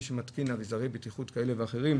למי שמתקין אביזרי בטיחות כאלה ואחרים,